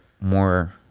more